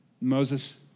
Moses